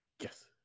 yes